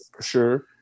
sure